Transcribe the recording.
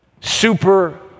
Super